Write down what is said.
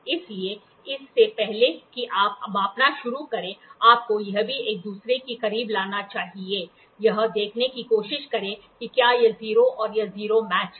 इसलिए इससे पहले कि आप मापना शुरू करें आपको यह भी एक दूसरे के करीब लाना चाहिए यह देखने की कोशिश करें कि क्या यह 0 और यह 0 मैच हैं